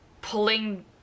pulling